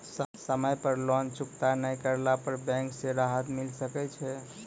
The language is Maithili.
समय पर लोन चुकता नैय करला पर बैंक से राहत मिले सकय छै?